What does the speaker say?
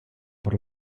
por